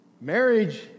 Marriage